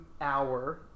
hour